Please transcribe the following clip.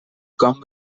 come